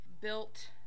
built